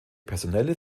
personelle